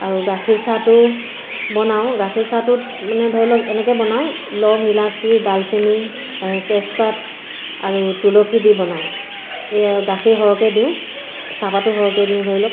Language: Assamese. আৰু গাখীৰ চাহটো বনাওঁ গাখীৰ চাহটোত মানে ধৰি লওক এনেকে বনাওঁ লং ইলাচি ডালচেনি তেজপাত আৰু তুলসী দি বনাওঁ এই গাখীৰ সৰহকে দিওঁ চাহপাতো সৰহকে দিওঁ ধৰি লওক